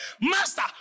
Master